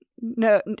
no